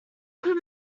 crew